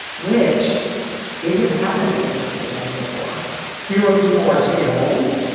which isn't happening as much as it was before fewer people are staying home.